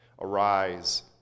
Arise